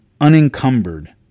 unencumbered